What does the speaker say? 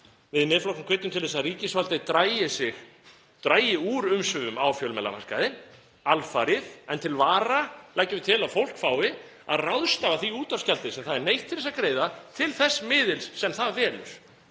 Miðflokknum hvetjum til þess að ríkisvaldið dragi úr umsvifum sínum á fjölmiðlamarkaði alfarið. En til vara leggjum við til að fólk fái að ráðstafa því útvarpsgjaldi sem það er neytt til að greiða til þess miðils sem það velur.